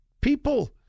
people